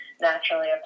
naturally